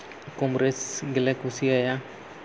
ᱠᱚᱝᱜᱨᱮᱥ ᱜᱮᱞᱮ ᱠᱩᱥᱤᱭᱟᱭᱟ